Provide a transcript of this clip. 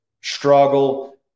struggle